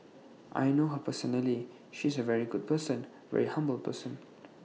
I know her personally she's A very good person very humble person